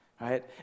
right